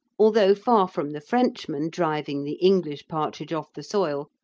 although far from the frenchman driving the english partridge off the soil,